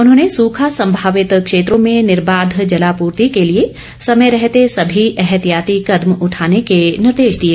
उन्होंने सूखा संभावित क्षेत्रों में निर्वाध जलापूर्ति के लिए समय रहते सभी एहतियाती कदम उठाने के निर्देश दिए